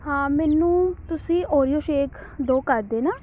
ਹਾਂ ਮੈਨੂੰ ਤੁਸੀਂ ਓਰੀਓ ਸ਼ੇਕ ਦੋ ਕਰ ਦੇਣਾ